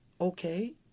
Okay